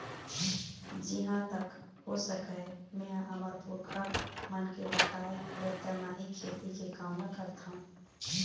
जिहाँ तक हो सकय मेंहा हमर पुरखा मन के बताए रद्दा म ही खेती के काम ल करथँव